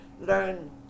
learn